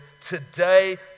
today